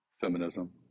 feminism